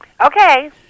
Okay